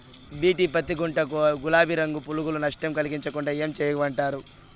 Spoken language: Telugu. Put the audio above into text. బి.టి పత్తి పంట కు, గులాబీ రంగు పులుగులు నష్టం కలిగించకుండా ఏం చేయమంటారు?